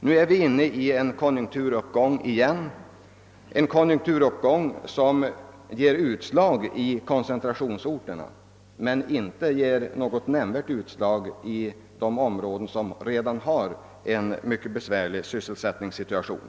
Återigen är vi inne i en konjunkturuppgång som ger utslag i koncentrationsorterna men inte ger något nämnvärt utslag i de områden som redan har en mycket besvärlig sysselsättningssituation.